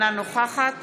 אינה נוכחת